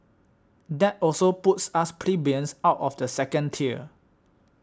that also puts us plebeians out of the second tier